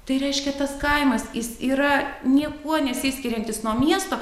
tai reiškia tas kaimas jis yra niekuo nesiskiriantis nuo miesto